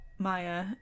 Maya